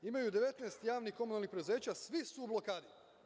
Imaju 19 javnih komunalnih preduzeća i svi su u blokadi.